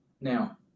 Now